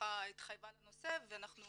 התחייבה לנושא הזה ואנחנו